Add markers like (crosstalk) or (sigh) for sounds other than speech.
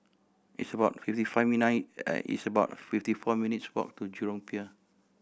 it's about fifty (unintelligible) it's about fifty four minutes' walk to Jurong Pier